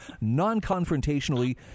non-confrontationally